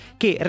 che